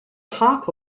half